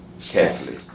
carefully